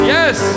Yes